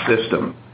system